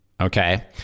okay